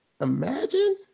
Imagine